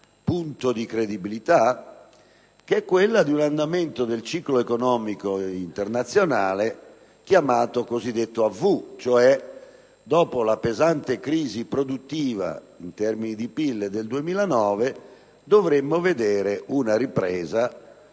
punto di credibilità) che parla di un andamento del ciclo economico internazionale chiamato a "V": cioè, dopo la pesante crisi produttiva in termini di PIL del 2009 dovremmo vedere una ripresa